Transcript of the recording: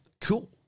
cool